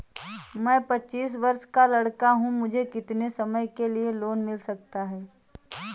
मैं पच्चीस वर्ष का लड़का हूँ मुझे कितनी समय के लिए लोन मिल सकता है?